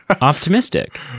optimistic